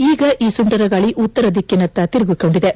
ಈಗ ಈ ಸುಂಟರಗಾಳಿ ಉತ್ತರದಿಕ್ಕಿನತ್ತ ತಿರುಗಿಕೊಂಡಿದೆ